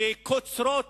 שקוצרות